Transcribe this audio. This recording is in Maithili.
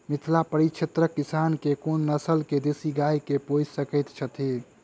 मिथिला परिक्षेत्रक किसान केँ कुन नस्ल केँ देसी गाय केँ पोइस सकैत छैथि?